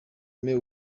aime